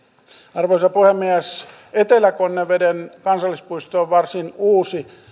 arvoisa puhemies etelä konneveden kansallispuisto on varsin uusi